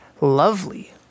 lovely